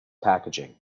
packaging